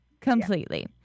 completely